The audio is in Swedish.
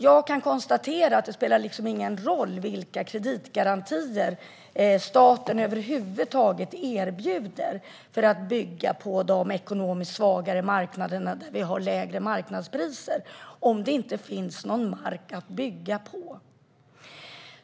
Jag kan konstatera att det inte spelar någon roll vilka kreditgarantier staten erbjuder för att bygga på de ekonomiskt svagare marknaderna, där vi har lägre marknadspriser, om det inte finns någon mark att bygga på.